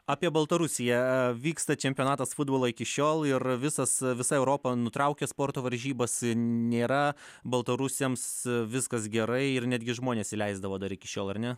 apie baltarusiją vyksta čempionatas futbolo iki šiol ir visas visa europa nutraukia sporto varžybas nėra baltarusiams viskas gerai ir netgi žmones įleisdavo dar iki šiol ar ne